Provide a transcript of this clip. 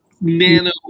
Nano